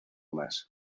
más